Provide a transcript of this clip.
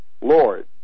Lord